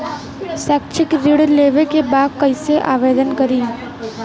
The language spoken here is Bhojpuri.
शैक्षिक ऋण लेवे के बा कईसे आवेदन करी?